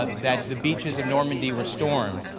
that the beaches of normandy were stormed,